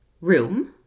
room